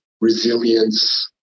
resilience